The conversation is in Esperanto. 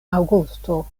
aŭgusto